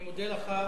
אני מודה לך.